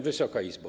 Wysoka Izbo!